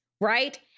right